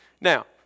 Now